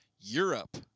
Europe